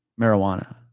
marijuana